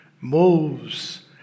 moves